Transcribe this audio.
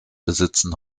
besitzen